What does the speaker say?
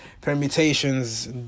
permutations